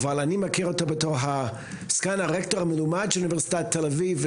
אבל אני מכיר אותו בתור סגן הרקטור המלומד של אוניברסיטת תל אביב.